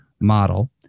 model